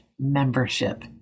membership